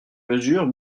mesures